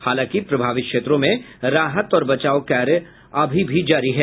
हालांकि प्रभावित क्षेत्रों में राहत और बचाव कार्य अभी भी जारी है